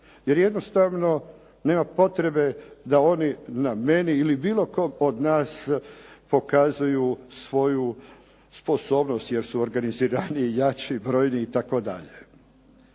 jer jednostavno nema potrebe da oni na meni ili bilo koga od nas pokazuju svoju sposobnost jer su organiziraniji, brojniji itd.